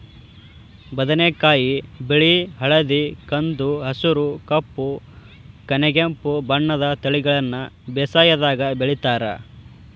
ಬದನೆಕಾಯಿ ಬಿಳಿ ಹಳದಿ ಕಂದು ಹಸುರು ಕಪ್ಪು ಕನೆಗೆಂಪು ಬಣ್ಣದ ತಳಿಗಳನ್ನ ಬೇಸಾಯದಾಗ ಬೆಳಿತಾರ